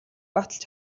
баталж